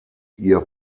ihr